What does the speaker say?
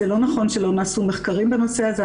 זה לא נכון שלא נעשו מחקרים בנושא הזה.